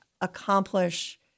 accomplish